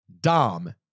Dom